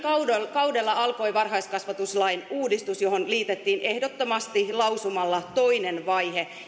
kaudella alkoi varhaiskasvatuslain uudistus johon liitettiin ehdottomasti lausumalla toinen vaihe